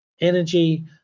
energy